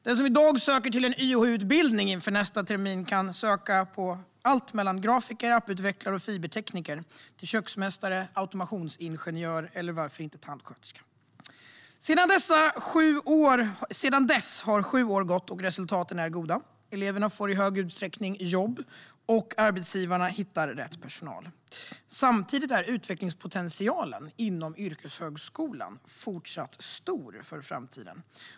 Den som i dag söker till en YH-utbildning inför nästa termin kan välja att utbilda sig till allt från grafiker, apputvecklare och fibertekniker till köksmästare, automationsingenjör eller tandsköterska. Sedan yrkeshögskolan infördes har det gått sju år, och resultaten är goda. Eleverna får i stor utsträckning jobb, och arbetsgivarna hittar rätt personal. Samtidigt är utvecklingspotentialen inom yrkeshögskolan fortsatt stor för framtiden.